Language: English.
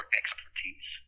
expertise